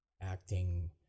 acting